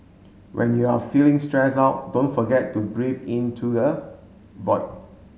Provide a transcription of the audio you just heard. when you are feeling stressed out don't forget to breathe into the void